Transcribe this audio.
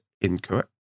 incorrect